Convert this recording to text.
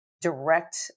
Direct